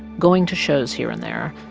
going to shows here and there,